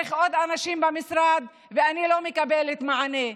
ודרך עוד אנשים במשרד, ואני לא מקבלת מענה.